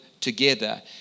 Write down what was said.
together